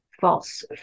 false